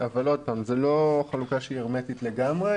אבל עוד פעם, זו לא חלוקה שהיא הרמטית לגמרי.